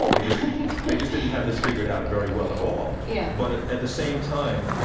they just they just didn't have this figured out very well at all. yeah but at at the same time,